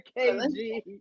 KG